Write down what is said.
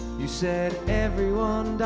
you said everyone